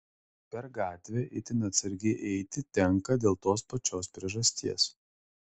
per gatvę itin atsargiai eiti tenka dėl tos pačios priežasties